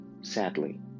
sadly